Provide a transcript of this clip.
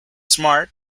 smart